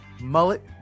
Mullet